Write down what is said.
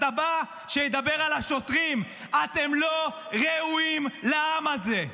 הבא שידבר על השוטרים: אתם לא ראויים לעם הזה.